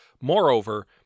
Moreover